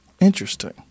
Interesting